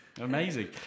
amazing